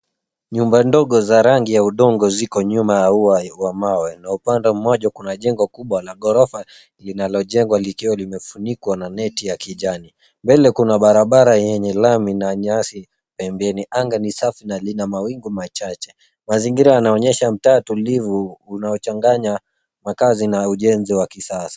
Nyumba ndogo za rangi ya udongo ziko nyuma ya ua wa mawe na upande mmoja kuna jengo kubwa la ghorofa linalojengwa likiwa limefunikwa na neti ya kijani. Mbele kuna barabara yenye lami na nyasi pembeni. Anga ni safi na lina mawingu machache. Mazingira yanaonyesha mtaa tulivu unaochanganya makaazi na ujenzi wa kisasa.